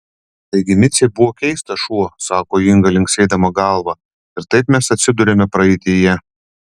taigi micė buvo keistas šuo sako inga linksėdama galva ir taip mes atsiduriame praeityje